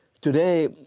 Today